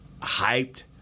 hyped